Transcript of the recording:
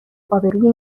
آبروئیه